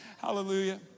Hallelujah